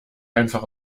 einfach